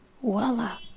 Voila